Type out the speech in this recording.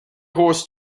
horse